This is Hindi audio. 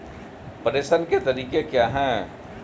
प्रेषण के तरीके क्या हैं?